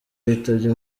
yitabye